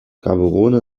gaborone